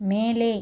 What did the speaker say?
மேலே